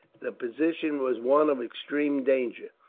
the position was one of extreme danger.